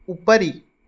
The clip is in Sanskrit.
उपरि